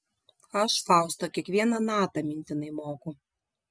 aš fausto kiekvieną natą mintinai moku